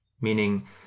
meaning